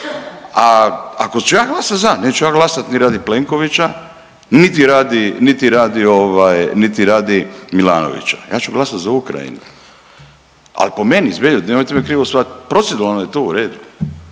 a ako ću ja glasati za neću ja glasati ni radi Plenkovića, niti radi, niti radi ovaj, niti radi Milanovića, ja ću glasati za Ukrajinu. Ali po meni zbilja nemojte me krivo shvatiti proceduralno je to u redu,